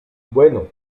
bueno